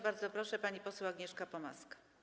Bardzo proszę, pani poseł Agnieszka Pomaska.